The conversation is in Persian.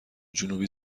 جنوبی